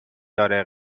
داره